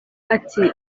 ati